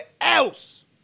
else